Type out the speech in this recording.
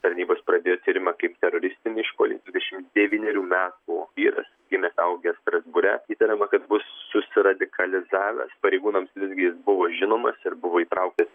tarnybos pradėjo tyrimą kaip teroristinį išpuolį dvidešim devynerių metų vyras gimęs augęs strasbūre įtariama kad bus susiradikalizavęs pareigūnams visgi buvo žinomas ir buvo įtrauktas